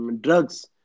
drugs